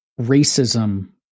racism